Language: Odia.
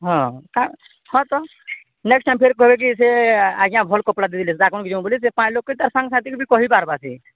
ହଁ କା ହଁ ତ ନେକ୍ସଟ ଟାଇମ୍ ଫେର କହେବେ କି ସେ ଆଜ୍ଞା ଭଲ କପଡ଼ା ଦେଇଦେଲେ ସେ ଦେଖନ କୁ ଯଉଁ ବୋଲି ସେ ପାଞ୍ଚ ଲୋକ ତା ସାଙ୍ଗ ସାଥିକ ବି କହିପାର୍ବା ସେ